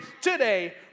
today